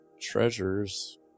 treasures